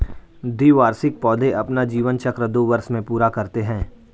द्विवार्षिक पौधे अपना जीवन चक्र दो वर्ष में पूरा करते है